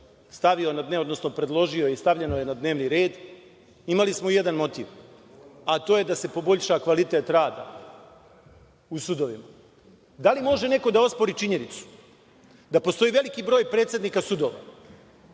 poslanik Martinović, predložio i stavljeno je na dnevni red, imali smo jedan motiv, a to je da se poboljša kvalitet rada u sudovima. Da li može neko da ospori činjenicu da postoji veliki broj predsednika sudova